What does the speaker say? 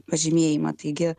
pažymėjimą taigi